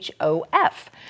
HOF